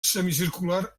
semicircular